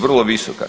Vrlo visoka.